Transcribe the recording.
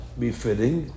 befitting